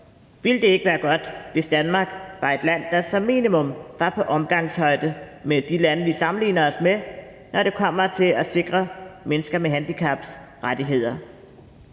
Ville det ikke være godt, hvis Danmark var et land, der som minimum var på omgangshøjde med de lande, som vi sammenligner os med, når det kommer til at sikre mennesker med handicaps rettigheder?